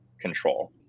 control